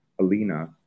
Alina